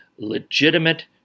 legitimate